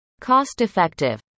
cost-effective